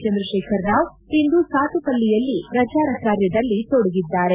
ಚಂದ್ರಶೇಖರ್ ರಾವ್ ಇಂದು ಸಾತುಪಲ್ಲಿಯಲ್ಲಿ ಪ್ರಚಾರ ಕಾರ್ಯದಲ್ಲಿ ತೊಡಗಿದ್ದಾರೆ